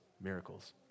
miracles